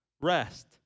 Rest